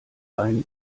einen